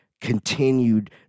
continued